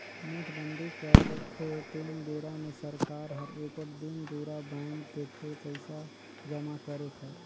नोटबंदी करथे तेन बेरा मे सरकार हर एगोट दिन दुरा बांएध देथे पइसा जमा करे कर